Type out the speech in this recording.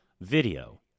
video